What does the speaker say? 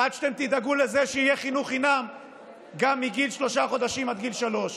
עד שאתם תדאגו לזה שיהיה חינוך חינם גם מגיל שלושה חודשים עד גיל שלוש,